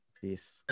Peace